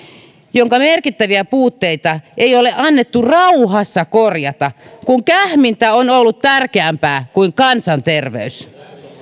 jonka merkittäviä puutteita ei ole annettu rauhassa korjata kun kähmintä on ollut tärkeämpää kuin kansanterveys